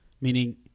meaning